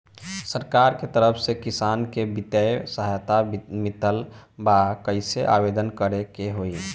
सरकार के तरफ से किसान के बितिय सहायता मिलत बा कइसे आवेदन करे के होई?